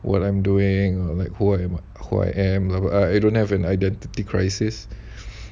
what I'm doing like who I who I am I don't have an identity crisis